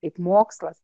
kaip mokslas